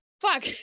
Fuck